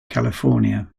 california